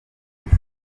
neza